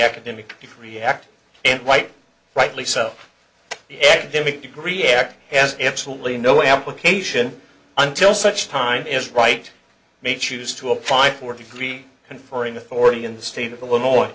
academic react and quite rightly so epidemic degree act has absolutely no application until such time is right may choose to apply for degree and for an authority in the state of illinois